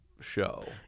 show